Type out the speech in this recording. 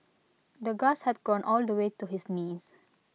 the grass had grown all the way to his knees